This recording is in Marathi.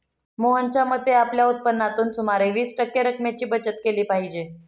मोहनच्या मते, आपल्या उत्पन्नातून सुमारे वीस टक्के रक्कमेची बचत केली पाहिजे